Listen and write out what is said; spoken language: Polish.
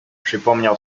przypomniał